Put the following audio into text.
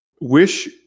Wish